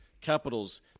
Capitals